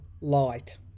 light